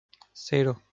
cero